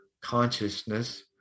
consciousness